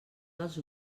dels